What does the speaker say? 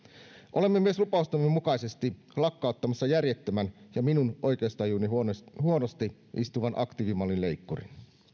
olemme myös lupaustemme mukaisesti lakkauttamassa järjettömän ja minun oikeustajuuni huonosti huonosti istuvan aktiivimallin leikkurin